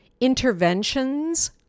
interventions